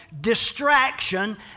distraction